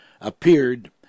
appeared